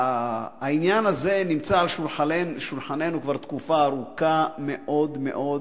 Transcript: שהעניין הזה נמצא על שולחננו כבר תקופה ארוכה מאוד מאוד,